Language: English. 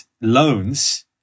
loans